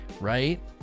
right